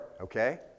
okay